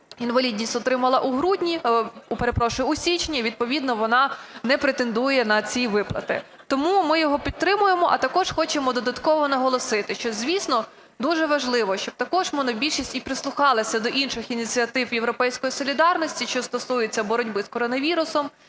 у грудні, перепрошую, у січні, відповідно вона не претендує на ці виплати. Тому ми його підтримуємо. А також хочемо додатково наголосити, що, звісно, дуже важливо, щоб також монобільшість і прислухалася до інших ініціатив "Європейської солідарності", що стосується боротьби з коронавірусом.